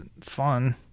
fun